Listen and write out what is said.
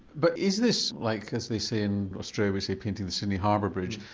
but is this, like as they say in australia, we say painting the sydney harbour bridge?